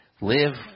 live